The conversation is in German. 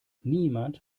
niemand